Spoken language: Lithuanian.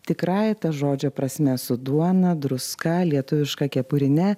tikrąja ta žodžio prasme su duona druska lietuviška kepurine